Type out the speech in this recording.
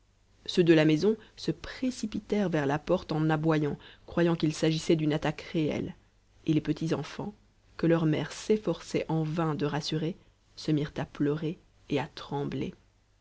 ceux de la maison se précipitèrent vers la porte en aboyant croyant qu'il s'agissait d'une attaque réelle et les petits enfants que leurs mères s'efforçaient en vain de rassurer se mirent à pleurer et à trembler